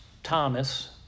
Thomas